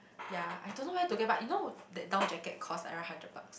ya I don't know where to get but you know that down jacket costs around hundred bucks